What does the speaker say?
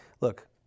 look